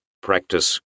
practice